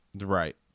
right